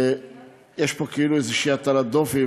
יש פה כאילו איזושהי הטלת דופי,